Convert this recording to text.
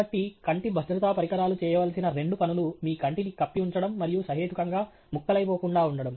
కాబట్టి కంటి భద్రతా పరికరాలు చేయవలసిన రెండు పనులు మీ కంటిని కప్పి ఉంచడం మరియు సహేతుకంగా ముక్కలైపోకుండా ఉండడం